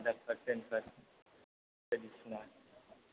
Aadhaar card PAN card बायदिसिना